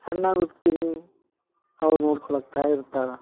ಸಣ್ಣವ ಇರ್ತೀನಿ ಅವಾಗ ನೋಡ್ಕೊಳಕ್ಕೆ ತಾಯಿ ಇರ್ತಾಳೆ